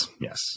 yes